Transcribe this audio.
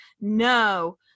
No